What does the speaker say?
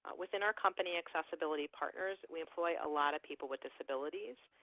within our company, accessibility partners, we employ a lot of people with disabilities.